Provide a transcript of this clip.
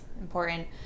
important